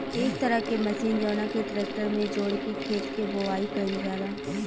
एक तरह के मशीन जवना के ट्रेक्टर में जोड़ के खेत के बोआई कईल जाला